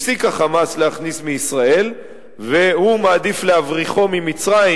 הפסיק ה"חמאס" להכניס מישראל והוא מעדיף להבריחו ממצרים,